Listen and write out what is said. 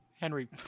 Henry